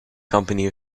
company